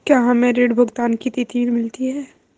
क्या हमें ऋण भुगतान की तिथि मिलती है?